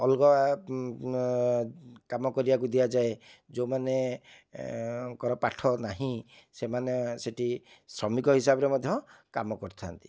ଅଲଗା କାମ କରିବାକୁ ଦିଆଯାଏ ଯେଉଁମାନେ ଙ୍କର ପାଠନାହିଁ ସେମାନେ ସେଇଠି ଶ୍ରମିକ ହିସାବରେ ମଧ୍ୟ କାମ କରିଥାନ୍ତି